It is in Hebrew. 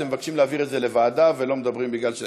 שאתם מבקשים להעביר את זה לוועדה ולא מדברים בגלל,